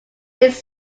his